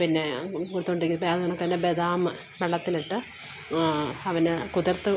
പിന്നെ കൊടുത്ത് കൊണ്ടിരിക്കുക അപ്പം അത് കണക്ക് തന്നെ ബദാം വെള്ളത്തിലിട്ട് അവന് കുതിർത്ത്